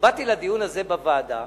באתי לדיון הזה בוועדה